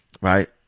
Right